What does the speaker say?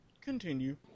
Continue